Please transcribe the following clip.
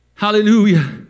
hallelujah